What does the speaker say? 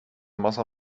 massa